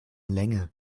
länge